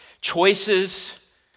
choices